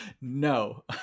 No